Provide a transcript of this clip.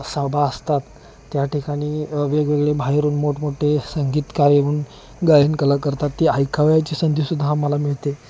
सभा असतात त्याठिकाणी वेगवेगळे बाहेरून मोठमोठे संगीतकार येऊन गायन कला करतात ती ऐकावयाची संधीसुद्धा आम्हाला मिळते